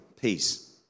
Peace